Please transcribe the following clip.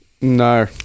No